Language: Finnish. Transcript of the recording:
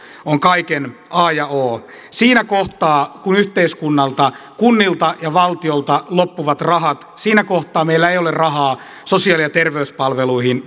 on kaiken a ja o siinä kohtaa kun yhteiskunnalta kunnilta ja valtiolta loppuvat rahat siinä kohtaa meillä ei ole rahaa sosiaali ja terveyspalveluihin